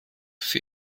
für